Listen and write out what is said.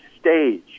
stage